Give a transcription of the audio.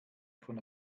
von